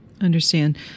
Understand